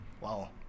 Wow